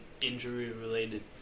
injury-related